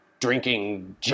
drinking